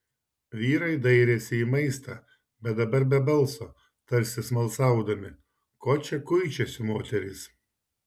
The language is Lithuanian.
vyrai dairėsi į maistą bet dabar be balso tarsi smalsaudami ko čia kuičiasi moterys